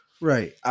Right